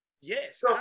Yes